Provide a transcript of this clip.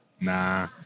Nah